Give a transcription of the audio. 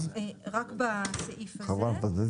הוא מגיע לשם